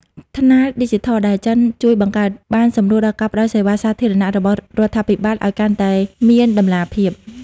ថ្នាលឌីជីថលដែលចិនជួយបង្កើត បានសម្រួលដល់ការផ្ដល់សេវាសាធារណៈរបស់រដ្ឋាភិបាលឱ្យកាន់តែមានតម្លាភាព។